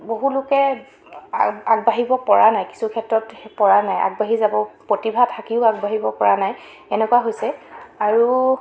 বহু লোকে আ আগবাঢ়িব পৰা নাই কিছু ক্ষেত্ৰত পৰা নাই আগবাঢ়ি যাব প্ৰতিভা থাকিও আগবাঢ়িব পৰা নাই এনেকুৱা হৈছে আৰু